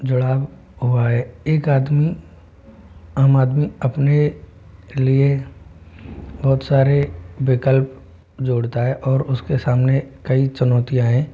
जुड़ा हुआ है एक आदमी आम आदमी अपने लिए बहुत सारे विकल्प जोड़ता है और उसके सामने कई चुनौतियाँ हैं